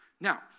Now